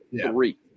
three